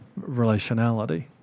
relationality